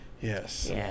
Yes